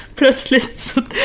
plötsligt